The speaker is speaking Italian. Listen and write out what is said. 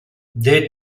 the